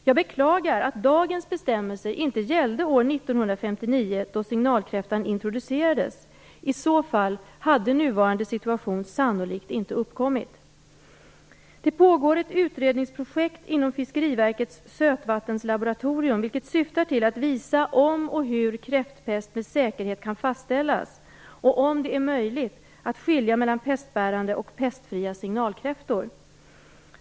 Jag beklagar att dagens bestämmelser inte gällde år 1959 då signalkräftan introducerades. I så fall hade nuvarande situation sannolikt inte uppkommit. Det pågår ett utredningsprojekt inom Fiskeriverkets sötvattenslaboratorium vilket syftar till att visa om och hur kräftpest med säkerhet kan fastställas och om det är möjligt att skilja mellan pestbärande och pestfria signalkräftor.